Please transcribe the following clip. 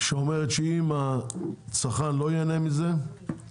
שאומרת שאם הצרכן לא ייהנה מזה אתם